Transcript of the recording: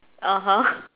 (uh huh)